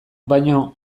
baino